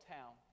town